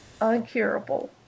uncurable